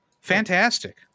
fantastic